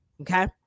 Okay